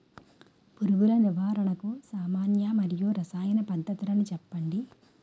పురుగుల నివారణకు సామాన్య మరియు రసాయన పద్దతులను చెప్పండి?